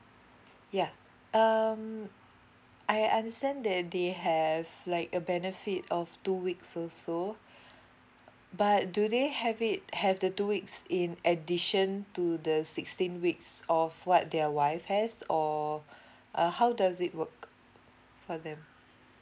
yeah um I understand that they have like a benefit of two weeks also but do they have it have the two weeks in addition to the sixteen weeks of what their wife has or uh how does it work for them